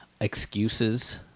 excuses